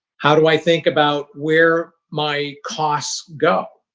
how do i think about where my costs go?